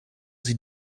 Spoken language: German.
sie